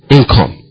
Income